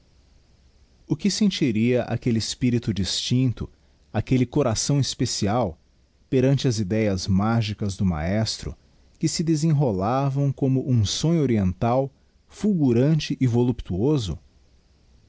o que sentiria aquelle espirito distincto aquelle coração especial perante as ideias magicas do maedro que se desenrolavam como um sonho oriental fulgurante e voluptuoso